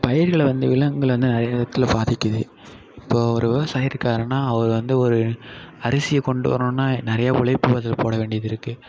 பயிர்களை வந்து விலங்குகள் வந்து நிறைய விதத்தில் பாதிக்கிறது இப்போது ஒரு விவசாயி இருக்காருன்னால் அவர் வந்து ஒரு அரிசியை கொண்டு வரணுன்னால் நிறைய உழைப்பு அதில் போட வேண்டியது இருக்குது